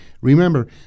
Remember